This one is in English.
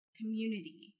community